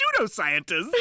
pseudoscientists